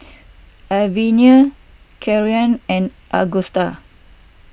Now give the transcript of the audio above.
Arvilla Kieran and Agusta